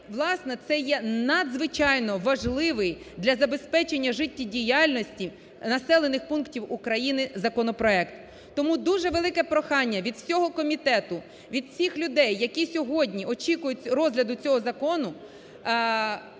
це є надзвичайно важливий для забезпечення життєдіяльності населених пунктів України законопроект. Тому дуже велике прохання від всього комітету, від всіх людей, які сьогодні очікують розгляду цього закону,